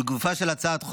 ולגופה של הצעת החוק,